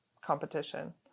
competition